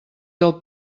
del